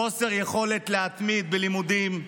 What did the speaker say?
חוסר יכולת להתמיד בלימודים,